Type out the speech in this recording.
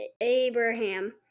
Abraham